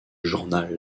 journal